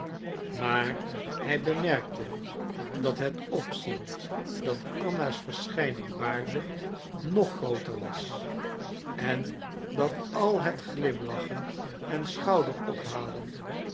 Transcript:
maar hij bemerkte dat het opzien dat anna's verschijning baarde nog grooter was en dat al het glimlachen en schouderophalen